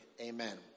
Amen